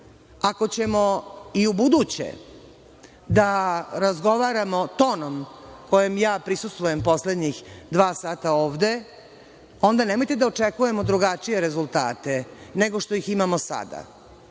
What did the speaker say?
ćemo i ubuduće da razgovaramo tonom kojim ja prisustvujem skoro dva sata ovde, onda nemojte da očekujemo drugačije rezultate nego što ih imamo